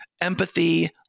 Empathy